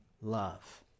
love